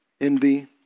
envy